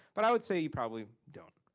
but i would say you probably don't.